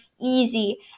easy